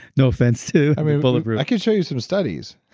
no offense to people who i can show you some studies